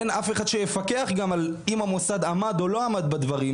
אין אף אחד שיפקח גם על אם המוסד עמד או לא עמד בדברים,